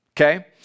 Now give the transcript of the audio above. okay